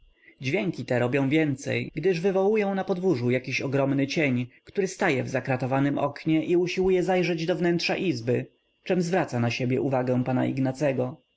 dźwięki te robią więcej gdyż wywołują na podwórzu jakiś ogromny cień który staje w zakratowanym oknie i usiłuje zajrzeć do wnętrza izby czem zwraca na siebie uwagę p